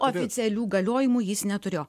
oficialių galiojimų jis neturėjo